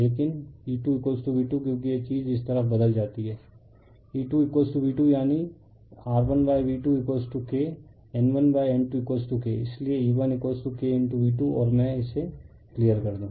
लेकिन E2V2 क्योंकि यह चीज़ इस तरफ बदल जाती है E2V2 यानी R1V2KN1N2 K इसलिएE1K V2 और मैं इसे क्लियर कर दूं